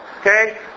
Okay